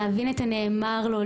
להבין את הנאמר לו,